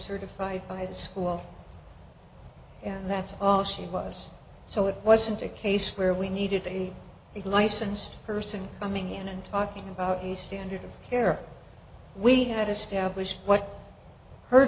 certified by the school and that's all she was so it wasn't a case where we needed a licensed person coming in and talking about a standard of care we had established what her